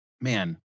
man